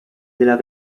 della